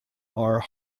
are